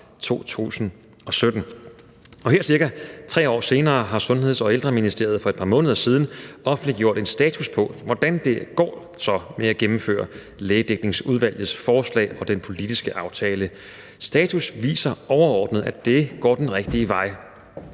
Her ca. 3 år senere har Sundheds- og Ældreministeriet for et par måneder siden offentliggjort en status på, hvordan det så går med at gennemføre Lægedækningsudvalgets forslag og den politiske aftale. Status viser overordnet, at det går den rigtige vej,